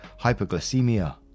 hypoglycemia